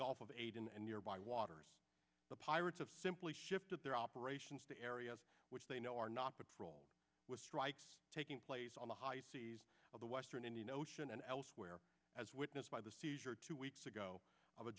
gulf of aden and nearby waters the pirates have simply shifted their operations to areas which they know are not patrol with strikes taking place on the high seas of the western indian ocean and elsewhere as witnessed by the seizure two weeks ago of a